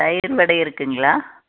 தயிர் வடை இருக்குதுங்களா